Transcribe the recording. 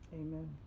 Amen